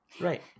Right